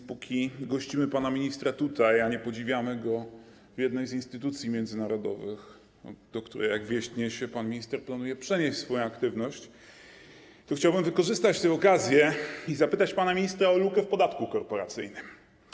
Dopóki gościmy tutaj pana ministra, a nie podziwiamy go w jednej z instytucji międzynarodowych, do której, jak wieść niesie, pan minister planuje przenieść swoją aktywność, to chciałbym wykorzystać tę okazję i zapytać pana ministra o lukę w podatku korporacyjnym.